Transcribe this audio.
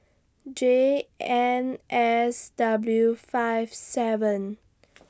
J N S W five seven